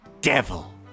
devil